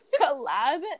Collab